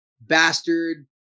bastard